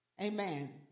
Amen